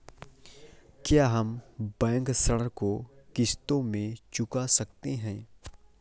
क्या हम बैंक ऋण को किश्तों में चुका सकते हैं?